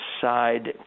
Side